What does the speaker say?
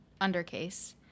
undercase